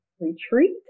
retreat